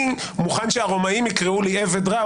אני מוכן שהרומאים יקראו לי עבד רע,